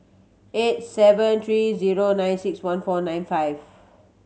eight seven three zero nine six one four nine five